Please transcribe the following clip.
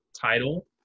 title